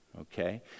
okay